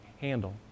handle